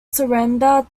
surrender